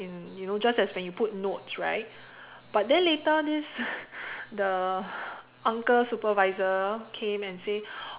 in you know just as when you put notes right but then later this the uncle supervisor came and say